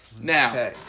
Now